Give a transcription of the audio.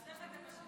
אז איך אתם בשלטון?